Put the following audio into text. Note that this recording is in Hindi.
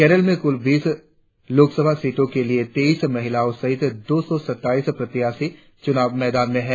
केरल में कुल बीस लोकसभा सीटों के लिए तेईस महिलाओं सहित दो सौ सत्ताईस प्रत्याशी चुनाव मैदान में हैं